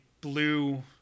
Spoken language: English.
blue